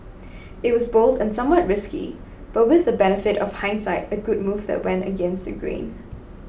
it was bold and somewhat risky but with the benefit of hindsight a good move that went against the grain